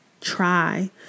try